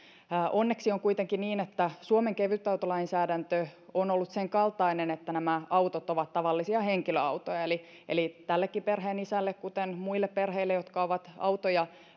onneksi on kuitenkin niin että suomen kevytautolainsäädäntö on ollut senkaltainen että nämä autot ovat tavallisia henkilöautoja eli eli tälle perheenisälle kuten muillekin perheille jotka ovat autoja